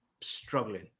struggling